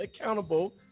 accountable